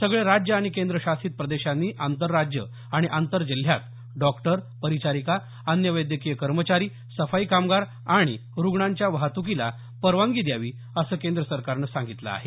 सगळे राज्य आणि केंद्रशासित प्रदेशांनी आंतरराज्य आणि आंतरजिल्ह्यात डॉक्टर परिचारिका अन्य वैद्यकीय कर्मचारी सफाई कामगार आणि रुग्णांच्या वाहतुकीला परवानगी द्यावी असं केंद्र सरकारनं सांगितलं आहे